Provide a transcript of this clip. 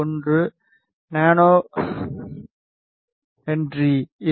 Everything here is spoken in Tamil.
1 என்ஹச் இது 82